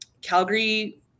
Calgary